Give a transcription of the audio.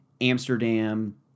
Amsterdam